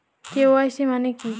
KYC মানে কী?